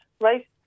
right